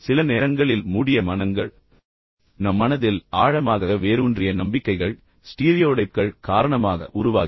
சில நேரங்களில் மூடிய மனங்கள் நம் மனதில் ஆழமாக வேரூன்றிய நம்பிக்கைகள் மற்றும் நம்பிக்கைகள் மற்றும் ஸ்டீரியோடைப்கள் காரணமாக உருவாகின்றன